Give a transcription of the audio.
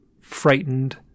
frightened